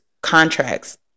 contracts